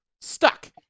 stuck